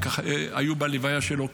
היו בהלוויה שלו.